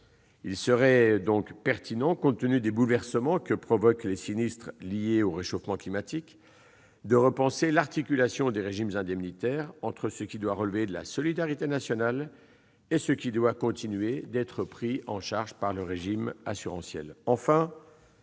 Il serait par ailleurs pertinent, compte tenu des bouleversements que provoquent les sinistres liés au réchauffement climatique, de repenser l'articulation des régimes indemnitaires entre ce qui doit relever de la solidarité nationale et ce qui doit continuer d'être pris en charge par le régime assurantiel.